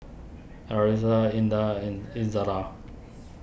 Arissa Indah and Izzara